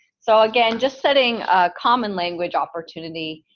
so again, just setting a common language opportunity.